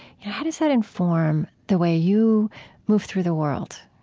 you know how does that inform the way you move through the world?